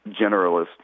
generalist